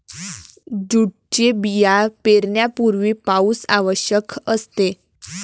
जूटचे बिया पेरण्यापूर्वी पाऊस आवश्यक असते